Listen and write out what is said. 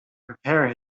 prepare